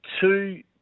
two